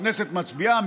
הכנסת מצביעה,